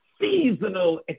seasonal